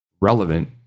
relevant